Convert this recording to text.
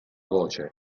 voce